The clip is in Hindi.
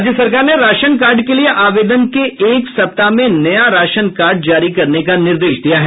राज्य सरकार ने राशन कार्ड के लिए आवेदन के एक सप्ताह में राशन कार्ड जारी करने का निर्देश दिया है